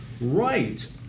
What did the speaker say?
right